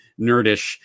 nerdish